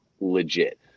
legit